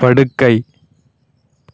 படுக்கை